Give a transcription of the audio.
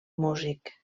músic